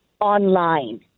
online